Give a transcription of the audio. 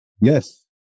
Yes